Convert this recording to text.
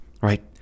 right